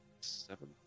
Seven